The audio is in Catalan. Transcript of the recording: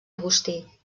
agustí